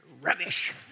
rubbish